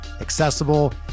accessible